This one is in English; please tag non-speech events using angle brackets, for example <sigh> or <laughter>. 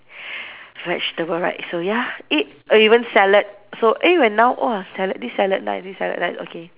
<noise> vegetable right so ya eat even salad so even now !whoa! salad this salad nice this salad nice okay